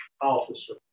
officer